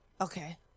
Okay